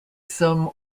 some